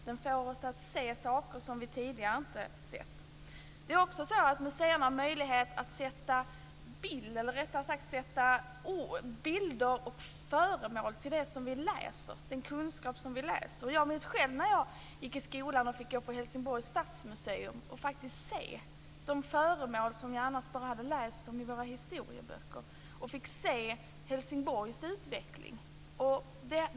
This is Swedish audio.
De får oss att se saker som vi tidigare inte sett. Det är också så att museerna har möjlighet att visa föremål i anslutning till den kunskap som vi får genom att läsa. Jag minns själv när jag gick i skolan och fick gå på Helsingborgs stadsmuseum och faktiskt se de föremål som jag annars bara hade läst om i historieböckerna. Jag fick se Helsingborgs utveckling.